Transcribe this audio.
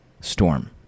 storm